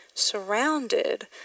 surrounded